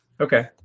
Okay